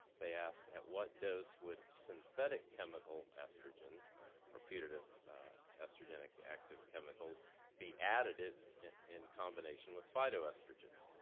they asked at what dose would synthetic chemical estrogens or putative estrogenic active chemicals be added in combination with phytoestrogens?